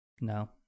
No